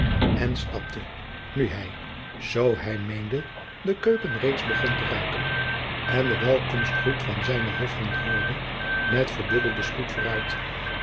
en stapte nu hij zoo hij meende de keuken reeds begon te ruiken en den welkomstgroet van zijnen hofhond hoorde met verdubbelden spoed vooruit